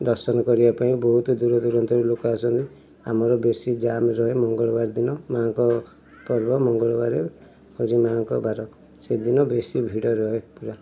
ଦର୍ଶନ କରିବା ପାଇଁ ବହୁତ ଦୂରଦୂରନ୍ତରୁ ଲୋକେ ଆସନ୍ତି ଆମର ବେଶୀ ଜାମ୍ ରହେ ମଙ୍ଗଳବାର ଦିନ ମାଆଙ୍କ ପର୍ବ ମଙ୍ଗଳବାରେ ହେଉଛି ମାଆଙ୍କ ବାର ସେଦିନ ବେଶୀ ଭିଡ଼ ରହେ ପୁରା